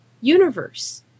universe